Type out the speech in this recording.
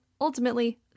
ultimately